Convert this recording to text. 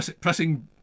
Pressing